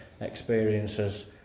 experiences